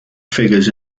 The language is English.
figures